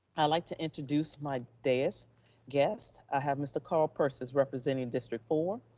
i'd like to introduce my dais guests. i have mr. carl persis is representing district four,